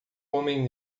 homem